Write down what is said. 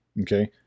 Okay